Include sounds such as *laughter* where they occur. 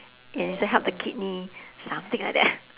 and it also help the kidney something like that *breath*